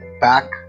back